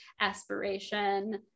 aspiration